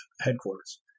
headquarters